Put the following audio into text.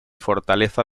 fortaleza